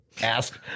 ask